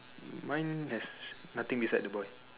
mine has nothing beside the boy